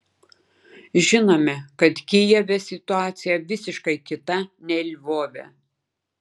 žinome kad kijeve situacija visiškai kita nei lvove